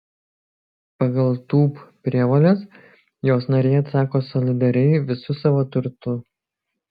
pagal tūb prievoles jos nariai atsako solidariai visu savo turtu